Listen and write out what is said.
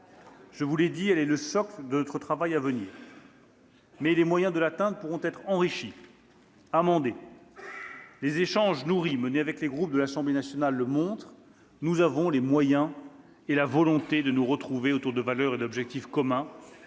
Je vous l'ai dit, elle est le socle de notre travail à venir ; mais les moyens de l'atteindre pourront être enrichis et amendés. « Les échanges nourris menés avec les groupes de l'Assemblée nationale »... Et pas ceux du Sénat ?...« le montrent : nous avons les moyens et la volonté de nous retrouver autour de valeurs et d'objectifs communs,